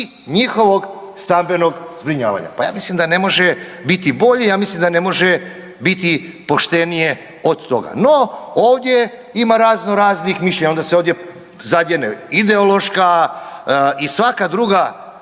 njihovog stambenog zbrinjavanja. Pa ja mislim da ne može biti bolje, ja mislim da ne može biti poštenije od toga. No ovdje ima razno raznih mišljenja, onda se ovdje zadjene ideološka i svaka druga